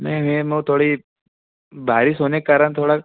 नहीं मैम वो थोड़ी बारिश होने के कारण थोड़ा